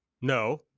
no